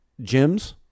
gyms